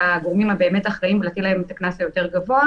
הגורמים האחראים באמת ולהטיל עליהם את הקנס הגבוה יותר.